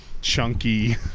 chunky